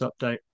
update